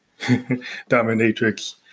dominatrix